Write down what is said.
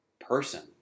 person